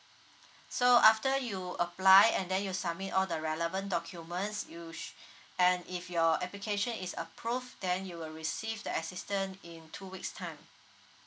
so after you apply and then you submit all the relevant documents you su~ and if your application is approved then you will receive the assistance in two weeks time